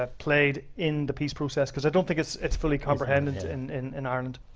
ah played in the peace process, cuz i don't think it's it's fully comprehended. and in in ireland,